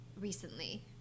recently